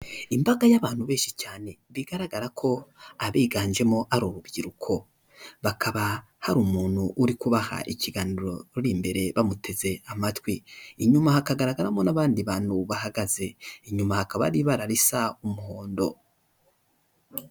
Imbaga y'abantu benshi cyane bigaragara ko abiganjemo ari urubyiruko, bakaba hari umuntu uri kubaha ikiganiro uri imbere bamuteze amatwi, inyuma hakagaragaramo n'abandi bantu bahagaze, inyuma hakaba hari ibara risa umuhondo.